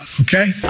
okay